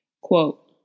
Quote